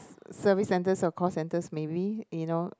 service centers or call centers maybe you know